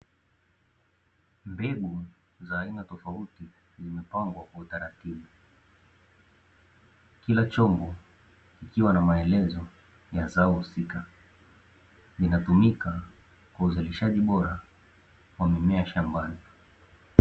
Mbegu za aina tofauti zimepangwa kwa utaratibu, kila chombo kikiwa na maelezo ya zao husika zinatumika kwa uzalishaji bora kuhudumia shambani.